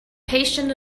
patient